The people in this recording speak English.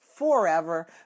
forever